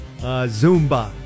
Zumba